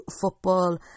football